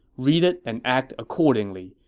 read it and act accordingly,